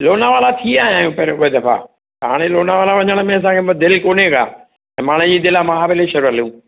लोनावला थी आयां आहियूं पहिरियों कई दफ़ा हाणे लोनावला वञण में असांखे दिलि कोन्हे का माणे जी दिलि आहे महाबलेश्वर हलूं